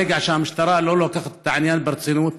ברגע שהמשטרה לא לוקחת את העניין ברצינות,